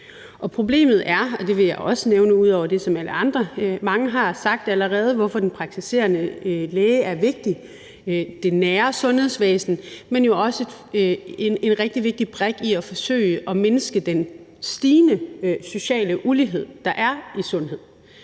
Problemet handler om, og det vil jeg også nævne ud over det, som mange har sagt allerede, hvorfor den praktiserende læge er vigtig i det nære sundhedsvæsen, men jo også er en rigtig vigtig brik i at forsøge at mindske den stigende sociale ulighed, der er, i sundhed.